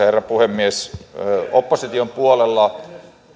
herra puhemies opposition puolella